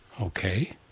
Okay